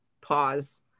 pause